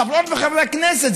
חברות וחברי הכנסת,